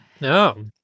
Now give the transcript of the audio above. No